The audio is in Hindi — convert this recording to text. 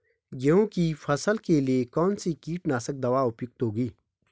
गेहूँ की फसल के लिए कौन सी कीटनाशक दवा उपयुक्त होगी?